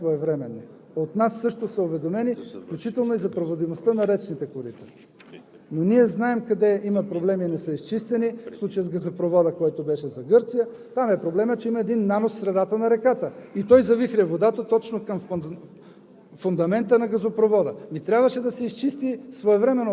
Между другото, всички областни управители с метеообхода са уведомени своевременно. От нас също са уведомени, включително и за проводимостта на речните корита, но ние знаем къде има проблеми, не са изчистени. В случая с газопровода, който беше за Гърция, проблемът там е, че има един нанос в средата на реката и той завихря водата точно към фундамента